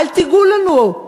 אל תיגעו לנו,